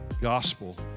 gospel